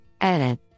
Edit